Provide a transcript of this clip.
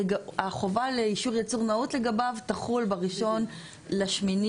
החובה לאישור ייצור נאות לגביו תחול ב-1 באוגוסט